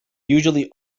usually